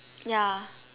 ya